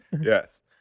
yes